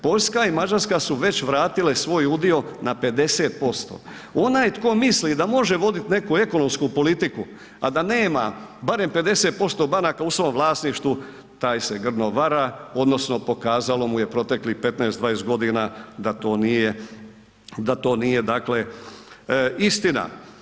Poljska i Mađarska su već vratile svoj udio na 50%, onaj tko misli da može voditi neku ekonomsku politiku, a da nema barem 50% banaka u svom vlasništvu taj se grdno vara odnosno pokazalo mu je proteklih 15-20 godina da to nije, da to nije dakle istina.